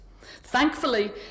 Thankfully